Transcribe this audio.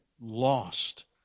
lost